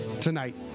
tonight